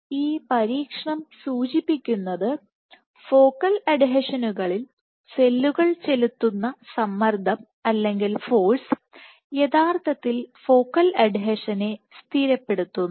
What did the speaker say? അതിനാൽ ഈ പരീക്ഷണം സൂചിപ്പിക്കുന്നത് ഫോക്കൽ അഡ്ഹീഷനുകളിൽ സെല്ലുകൾ ചെലുത്തുന്ന സമ്മർദ്ദം അല്ലെങ്കിൽ ഫോഴ്സ് യഥാർത്ഥത്തിൽ ഫോക്കൽ അഡ്ഹീഷനെ സ്ഥിരപ്പെടുത്തുന്നു